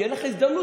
תהיה לך הזדמנות,